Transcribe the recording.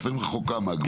לפעמים רחוקה מהגבול.